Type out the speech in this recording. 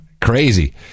crazy